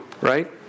right